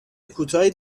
کوتاهی